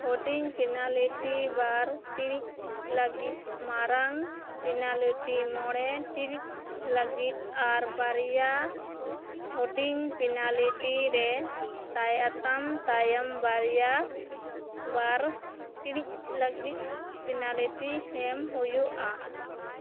ᱦᱩᱰᱤᱧ ᱯᱤᱱᱟᱞᱤᱴᱤ ᱵᱟᱨ ᱴᱤᱲᱤᱡ ᱞᱟᱹᱜᱤᱫ ᱢᱟᱨᱟᱝ ᱯᱤᱱᱟᱞᱤᱴᱤ ᱢᱚᱬᱮ ᱴᱤᱲᱤᱡ ᱞᱟᱹᱜᱤᱫ ᱟᱨ ᱵᱟᱨᱮᱭᱟ ᱦᱩᱰᱤᱧ ᱯᱤᱱᱟᱞᱤᱴᱤ ᱨᱮ ᱛᱟᱭᱟᱛᱟᱢ ᱛᱟᱭᱟᱢ ᱵᱟᱨᱮᱭᱟ ᱵᱟᱨ ᱴᱤᱲᱤᱡ ᱞᱟᱹᱜᱤᱫ ᱯᱤᱱᱟᱞᱤᱴᱤ ᱮᱢ ᱦᱩᱭᱩᱜᱼᱟ